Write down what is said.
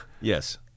Yes